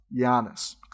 Giannis